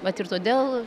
vat ir todėl